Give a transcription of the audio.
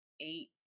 eight